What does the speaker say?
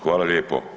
Hvala lijepo.